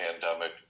pandemic